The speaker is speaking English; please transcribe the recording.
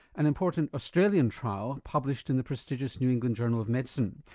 an important australian trial published in the prestigious new england journal of medicine.